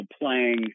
playing